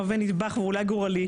מהווה נדבך ואולי גורלי,